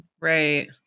Right